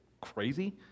crazy